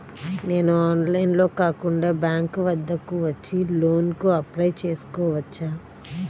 నేను ఆన్లైన్లో కాకుండా బ్యాంక్ వద్దకు వచ్చి లోన్ కు అప్లై చేసుకోవచ్చా?